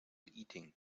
eating